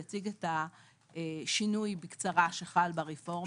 יציג את השינוי בקצרה שחל ברפורמה.